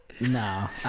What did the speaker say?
No